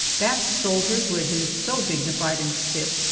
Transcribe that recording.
that soldier, who had been so dignified and stiff,